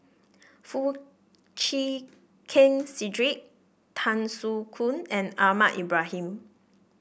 Foo Chee Keng Cedric Tan Soo Khoon and Ahmad Ibrahim